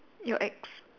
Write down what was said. your ex